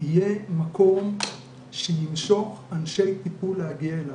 יהיה מקום שימשוך אנשי טיפול להגיע אליו.